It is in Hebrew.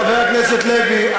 חבר הכנסת לוי,